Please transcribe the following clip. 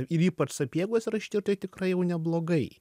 ir ypač sapiegos yra ištirti tikrai jau neblogai